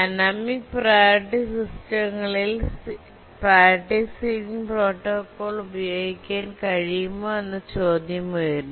dynamic priority സിസ്റ്റങ്ങളിൽ priority ceiling protocol ഉപയോഗിക്കാൻ കഴിയുമോ എന്ന ചോദ്യം ഉയരുന്നു